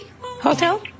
Hotel